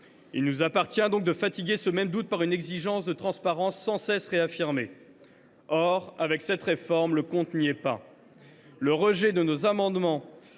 Il nous appartient donc de fatiguer ce même doute par une exigence de transparence sans cesse réaffirmée. Or, avec cette réforme, le compte n’y est pas. Le rejet de nos amendements